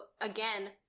again